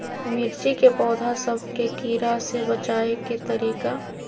मिर्ची के पौधा सब के कीड़ा से बचाय के तरीका?